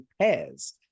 pairs